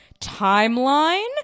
timeline